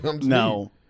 No